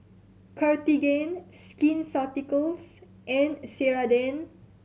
Cartigain Skin Ceuticals and Ceradan